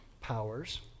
powers